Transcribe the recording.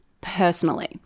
personally